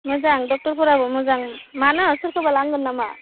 मोजां ड'क्टरफोराबो मोजां मानो सोरखोबा लांगोन नामा